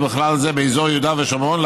ובכלל זה באזור יהודה ושומרון,